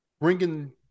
bringing